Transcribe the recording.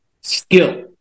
skill